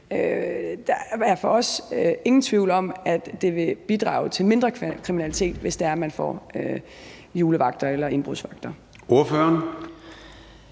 der er for os ingen tvivl om, at det vil bidrage til mindre kriminalitet, hvis det er, at man får julevagter eller indbrudsvagter.